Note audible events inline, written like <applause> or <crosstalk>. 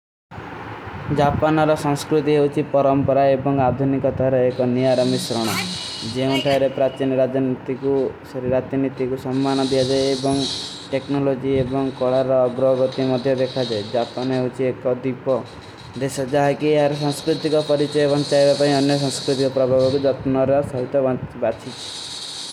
ଜାପନ ଔର ସଂସ୍କୃତି ଏଉଚୀ ପରମପରା ଏବଂଗ ଆଧୁନୀ କଥର ଏକ ନିଯାରା ମିଷ୍ରଣା। ଜେଵନ ଠାଯରେ ପ୍ରାଚେନ ରାଜନିତିକୁ ସରୀରାତି ନିତିକୁ ସଂଵାନା ଦେଜେ ଏବଂଗ ଟେକନୋଲୋଜୀ ଏବଂଗ କଲାର ଔର ଅଭ୍ରାଵରତି ମେଂ ଦେଖାଜେ। ଜାପନ ଔର ସଂସ୍କୃତି ଏଉଚୀ ଏକ ଦିପୋ ଦେଶା ଜାଏଗେ ଯାର ସଂସ୍କୃତି କୋ <hesitation> ପରିଚେବଂଗ ଚାଏବେ ପର ଅନ୍ଯ ସଂସ୍କୃତି କୋ ପ୍ରାଭଵାବୀ ଜାପନ ଔର ସାଲତେ ବଂଗ ବାତୀ।